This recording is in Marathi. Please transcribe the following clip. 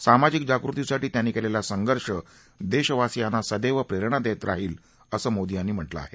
सामाजिक जागृतीसाठी त्यांनी केलेला संघर्ष देशवासीयांना सदैव प्रेरणा देत राहील असं मोदी यांनी म्हटलं आहे